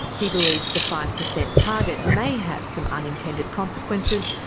he believes the five per cent target may have some unintended consequences,